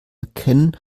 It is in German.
erkennen